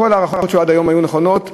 וכל הערכות עד היום היו נכונות,